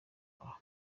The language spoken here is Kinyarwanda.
aha